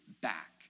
back